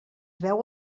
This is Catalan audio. veu